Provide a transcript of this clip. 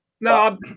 No